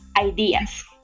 ideas